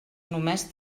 només